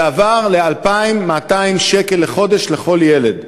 זה עבר ל-2,200 שקל לחודש לכל ילד.